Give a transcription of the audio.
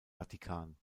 vatikan